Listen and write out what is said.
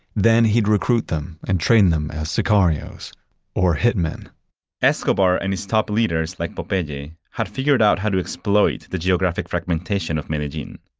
then he'd recruit them and train them as sicarios or hitmen escobar and his top leaders, like popeye, had figured out how to exploit the geographic fragmentation of medellin.